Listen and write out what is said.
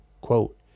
Quote